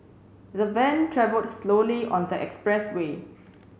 the van traveled slowly on the expressway